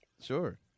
Sure